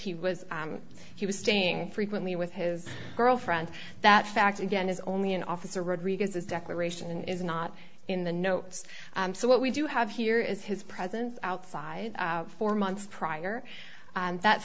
he was he was staying frequently with his girlfriend that fact again is only an officer rodriguez's declaration is not in the notes so what we do have here is his presence outside four months prior that's